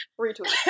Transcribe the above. Retweet